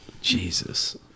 Jesus